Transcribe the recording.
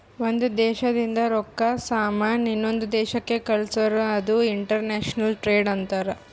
ಒಂದ್ ದೇಶದಿಂದ್ ರೊಕ್ಕಾ, ಸಾಮಾನ್ ಇನ್ನೊಂದು ದೇಶಕ್ ಕಳ್ಸುರ್ ಅದು ಇಂಟರ್ನ್ಯಾಷನಲ್ ಟ್ರೇಡ್ ಅಂತಾರ್